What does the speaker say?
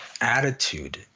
attitude